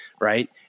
Right